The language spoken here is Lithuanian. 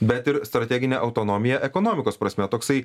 bet ir strateginė autonomija ekonomikos prasme toksai